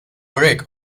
brick